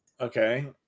okay